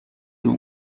روم